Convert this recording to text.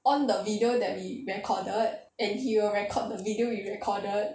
on the video that we recorded and he will record the video we recorded